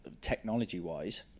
technology-wise